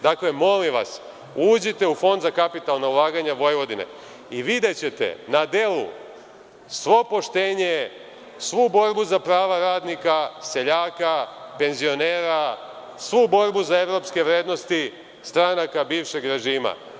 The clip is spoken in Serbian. Dakle, molim vas, uđite u Fond za kapitalna ulaganja Vojvodine i videćete na delu svo poštenje, svu borbu za prava radnika, seljaka, penzionera, svu borbu za evropske vrednosti stranaka bivšeg režima.